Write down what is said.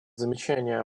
замечания